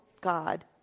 God